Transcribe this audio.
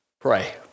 pray